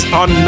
on